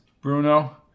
Bruno